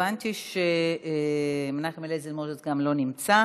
הבנתי שמנחם אליעזר מוזס לא נמצא.